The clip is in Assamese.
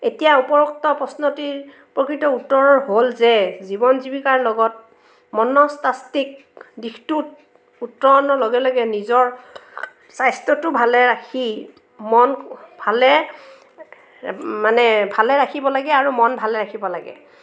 এতিয়া উপৰোক্ত প্ৰশ্নটিৰ প্ৰকৃত উত্তৰ হ'ল যে জীৱন জীৱিকাৰ লগত মনস্তাত্ত্বিক দিশটোত উত্তৰণৰ লগে লগে নিজৰ স্বাস্থ্যটো ভালে ৰাখি মন ভালে মানে ভালে ৰাখিব লাগে আৰু মন ভালে ৰাখিব লাগে